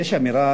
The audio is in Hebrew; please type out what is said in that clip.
יש אמירה